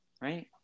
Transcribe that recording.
Right